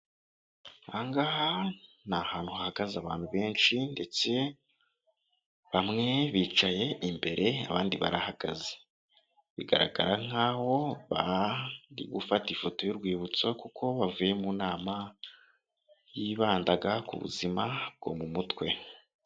Aha ngaha ni ahantu hahagaze abantu benshi ndetse bamwe bicaye imbere, abandi barahagaze, bigaragara nk'aho bari gufata ifoto y'urwibutso kuko bavuye mu nama yibandaga ku buzima bwo mu mutwe.